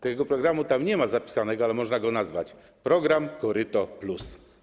Tego programu tam nie ma zapisanego, ale można go nazwać: program koryto+.